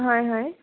হয় হয়